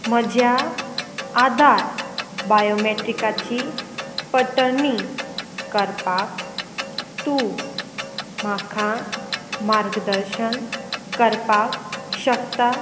म्हज्या आधार बायोमेट्रिकाची परतणी करपाक तूं म्हाका मार्गदर्शन करपाक शकता